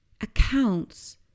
accounts